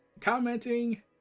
Commenting